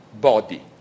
body